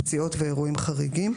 פציעות ואירועים חריגים.